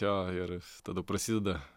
jo ir tada prasideda